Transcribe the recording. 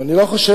ואני לא חושב,